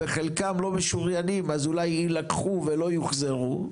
וחלקם לא משוריינים אז אולי יילקחו ולא יוחזרו,